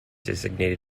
designated